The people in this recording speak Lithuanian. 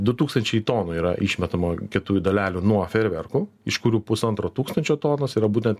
du tūkstančiai tonų yra išmetamo kietųjų dalelių nuo fejerverkų iš kurių pusantro tūkstančio tonos yra būtent